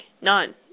None